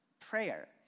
prayer